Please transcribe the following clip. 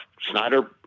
Snyder